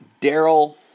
Daryl